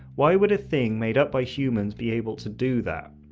why would a thing made up by humans be able to do that?